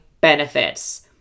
benefits